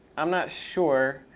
i'm not sure.